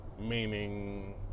Meaning